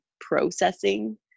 processing